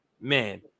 man